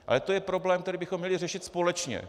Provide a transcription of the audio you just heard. Ale to je problém, který bychom měli řešit společně.